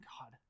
God